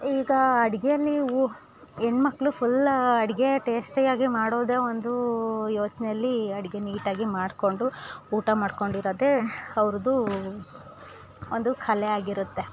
ಈಗ ಅಡಿಗೇಲಿ ಉ ಹೆಣ್ಮಕ್ಳು ಫುಲ್ ಅಡಿಗೆ ಟೇಸ್ಟಿಯಾಗಿ ಮಾಡೋದೆ ಒಂದು ಯೋಚನೆಯಲ್ಲಿ ಅಡಿಗೆ ನೀಟಾಗಿ ಮಾಡ್ಕೊಂಡು ಊಟ ಮಾಡ್ಕೊಂಡಿರೋದೆ ಅವರದ್ದೂ ಒಂದು ಕಲೆ ಆಗಿರುತ್ತೆ